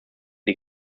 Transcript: die